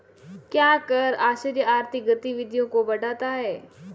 क्या कर आश्रय आर्थिक गतिविधियों को बढ़ाता है?